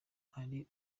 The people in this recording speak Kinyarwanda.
hari